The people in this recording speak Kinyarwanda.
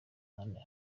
anne